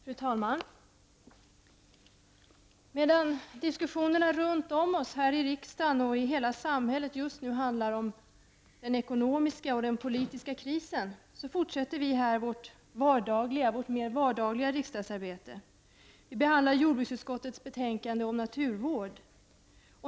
Fru talman! Medan diskussionen runt omkring oss, i riksdagen och i hela samhället, just nu handlar om den ekonomiska och politiska krisen fortsätter vi här vårt mera vardagliga riksdagsarbete. Vi behandlar just nu jordbruksutskottets betänkande om naturvård.